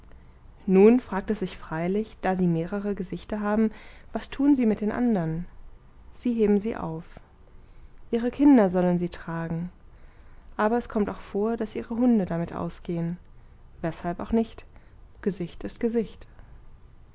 nun fragt es sich freilich da sie mehrere gesichter haben was tun sie mit den andern sie heben sie auf ihre kinder sollen sie tragen aber es kommt auch vor daß ihre hunde damit ausgehen weshalb auch nicht gesicht ist gesicht